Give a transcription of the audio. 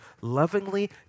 lovingly